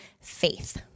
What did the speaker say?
faith